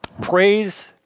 Praise